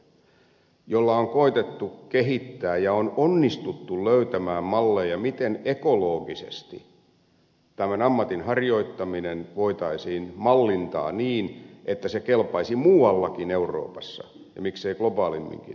pulliainen joilla on koetettu kehittää ja on onnistuttu löytämään malleja miten ekologisesti tämän ammatin harjoittaminen voitaisiin mallintaa niin että se kelpaisi muuallakin euroopassa ja miksei globaalimminkin hyödynnettäväksi